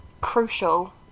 crucial